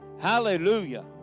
Hallelujah